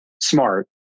smart